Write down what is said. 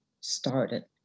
started